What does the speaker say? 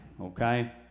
okay